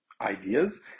ideas